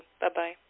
Bye-bye